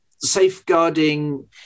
safeguarding